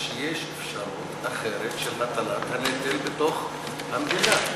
כשיש אפשרות אחרת של הטלת הנטל בתוך המדינה?